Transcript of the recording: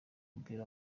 umupira